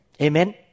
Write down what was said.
Amen